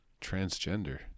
transgender